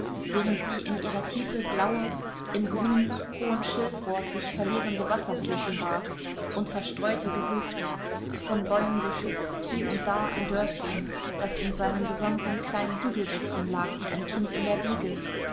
während sie in ihrer tiefe blaue im grün hohen schilfrohrs sich verlierende wasserflächen barg und verstreute gehöfte von bäumen beschützt und hie und da ein dörfchen das in seinem besonderen kleinen hügelbettchen lag wie ein kind in der wiege